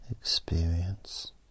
Experience